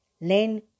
Learn